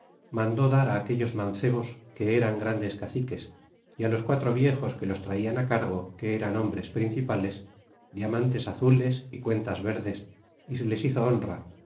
mandó dar aquellos mancebos que eran grandes caciques y los quatro viejos que los traian cargo que eran hombres principales diamantes azules y cuentas verdes y se les hizo honra